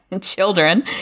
children